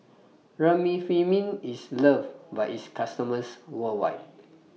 Remifemin IS loved By its customers worldwide